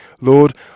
Lord